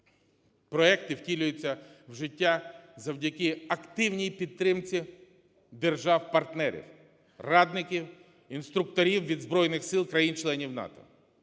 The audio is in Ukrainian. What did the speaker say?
проекти втілюються в життя завдяки активній підтримці держав-партнерів, радників, інструкторів від збройних сил країн-членів НАТО.